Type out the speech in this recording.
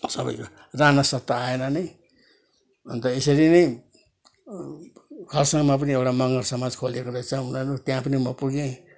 सबैको राना सर त आएन नै अन्त यसरी नै खरसाङमा पनि एउटा मगर समाज खोलेको रहेछ उनीहरू त्यहाँ पनि म पुगेँ